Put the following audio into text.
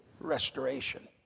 restoration